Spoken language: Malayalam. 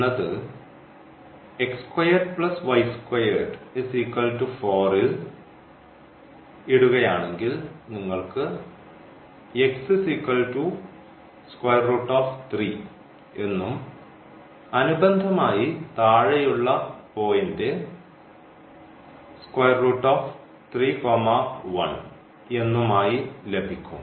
എന്നത് ൽ ഇടുകയാണെങ്കിൽ നിങ്ങൾക്ക് എന്നും അനുബന്ധമായി താഴെയുള്ള പോയിൻറ് എന്നും ആയി ലഭിക്കും